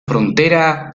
frontera